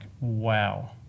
wow